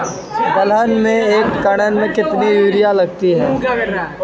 दलहन में एक एकण में कितनी यूरिया लगती है?